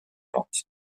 plantes